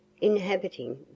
inhabiting